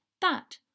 That